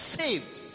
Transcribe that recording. saved